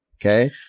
Okay